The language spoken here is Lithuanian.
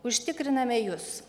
užtikriname jus